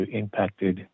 impacted